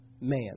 man